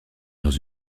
dans